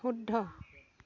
শুদ্ধ